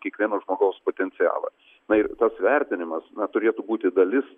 kiekvieno žmogaus potencialą na ir tas vertinimas na turėtų būti dalis